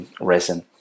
resin